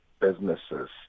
businesses